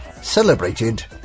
celebrated